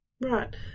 Right